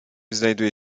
znajduje